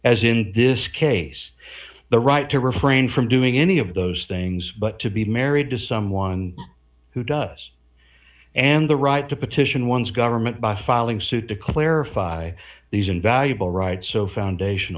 as in this case the right to refrain from doing any of those things but to be married to someone who does and the right to petition one's government by filing suit to clarify these invaluable rights so foundation